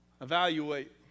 Evaluate